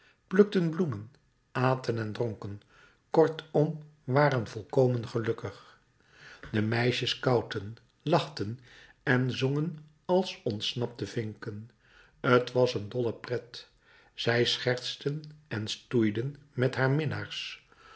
plukten bloemen aten en dronken kortom waren volkomen gelukkig de meisjes koutten lachten en zongen als ontsnapte vinken t was een dolle pret zij schertsten en stoeiden met haar minnaars